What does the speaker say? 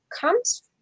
comes